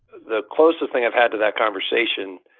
the closest thing i've had to that conversation,